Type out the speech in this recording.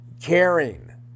caring